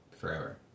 forever